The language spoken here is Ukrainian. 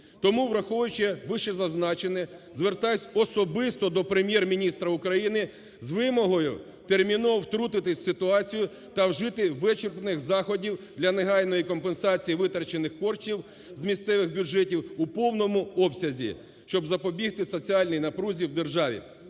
Тому, враховуючи вище зазначене, звертаюсь особисто до Прем'єр-міністра України з вимогою терміново втрутитись в ситуацію та вжити вичерпних заходів для негайної компенсації витрачених коштів з місцевих бюджетів у повному обсязі, щоб запобігти соціальній напрузі в державі.